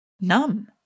Numb